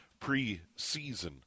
preseason